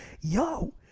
yo